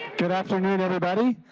good afternoon everybody.